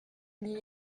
n’y